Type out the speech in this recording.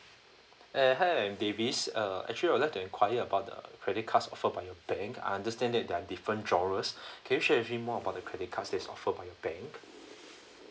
eh hi I'm davis uh actually I would like to enquire about the credit cards offered by your bank I understand that there're different drawers can you share with me more about the credit cards that's offered by your bank